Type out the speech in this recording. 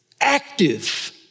active